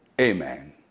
Amen